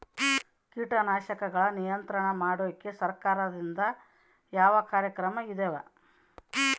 ಕೇಟನಾಶಕಗಳ ನಿಯಂತ್ರಣ ಮಾಡೋಕೆ ಸರಕಾರದಿಂದ ಯಾವ ಕಾರ್ಯಕ್ರಮ ಇದಾವ?